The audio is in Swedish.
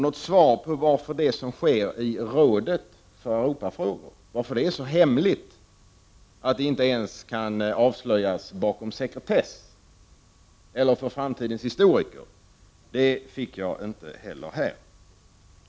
Något svar på varför det som sker i Rådet för Europafrågor är så hemligt att det inte ens kan avslöjas med anmodan om sekretess eller för framtidens historiker fick jag inte heller här.